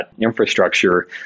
infrastructure